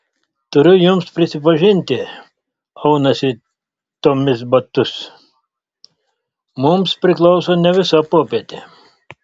turiu jums prisipažinti aunasi tomis batus mums priklauso ne visa popietė